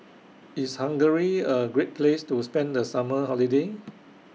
IS Hungary A Great Place to spend The Summer Holiday